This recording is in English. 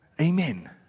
Amen